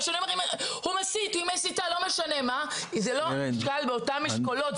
זה לא נשקל באותן משקולות,